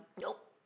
Nope